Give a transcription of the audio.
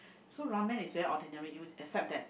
so Ramen is very ordinary it will except that